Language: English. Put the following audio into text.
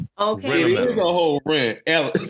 Okay